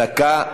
דקה.